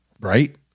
Right